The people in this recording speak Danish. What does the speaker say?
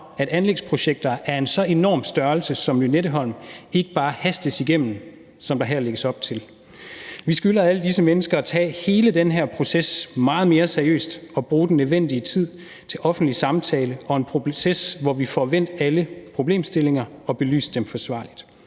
at anlægsprojekter af en så enorm størrelse som Lynetteholm ikke bare hastes igennem, som der her lægges op til. Vi skylder alle disse mennesker at tage hele den her proces meget mere seriøst og bruge den nødvendige tid til offentlig samtale og til at få en proces, hvor vi får vendt alle problemstillinger og belyst dem forsvarligt.